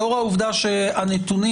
לאור העובדה שהנתונים